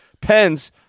pens